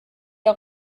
der